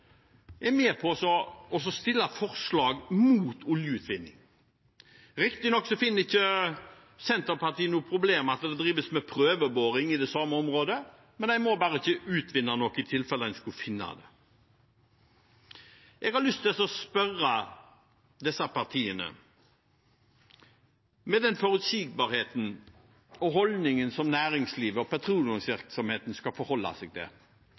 forslag mot oljeutvinning. Riktignok finner ikke Senterpartiet noe problem med at det drives med prøveboring i det samme området, en må bare ikke utvinne det i tilfelle en skulle finne noe. Jeg har lyst til å spørre disse partiene: Med den forutsigbarheten og holdningen som næringslivet og petroleumsvirksomheten skal forholde seg til,